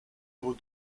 aux